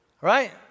right